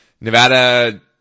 Nevada